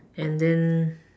and then